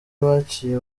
baciye